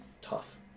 tough